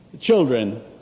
children